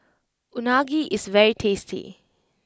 Unagi is very tasty